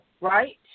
right